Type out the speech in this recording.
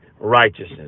righteousness